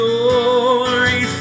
Glory